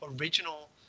original